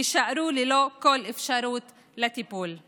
יישארו ללא כל אפשרות טיפול.